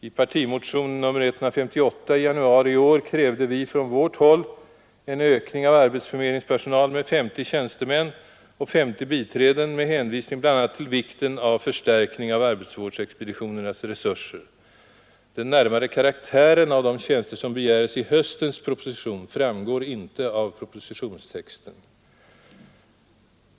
I partimotion nr 158 i januari i år krävde vi från vårt håll en ökning av arbetsförmedlingspersonalen med 50 tjänstemän och 50 biträden med hänvisning bl.a. till vikten av förstärkning av arbetsvårdsexpeditionernas resurser. Den närmare karaktären av de tjänster som begäres i höstens proposition framgår inte av propositionstexten.